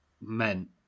meant